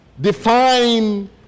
define